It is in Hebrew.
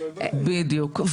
בדיוק.